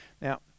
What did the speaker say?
Now